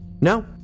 No